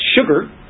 sugar